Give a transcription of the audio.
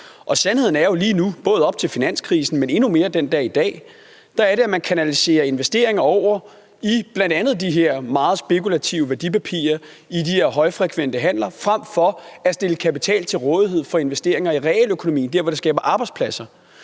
Og sandheden er jo lige nu – både op til finanskrisen, men endnu mere den dag i dag – at man kanaliserer investeringer over i bl.a. de her meget spekulative værdipapirer i de her højfrekvente handler frem for at stille kapital til rådighed for investeringer i realøkonomien, der, hvor det skaber arbejdspladser.